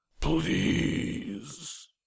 please